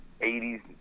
80s